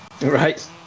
right